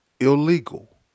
illegal